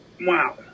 wow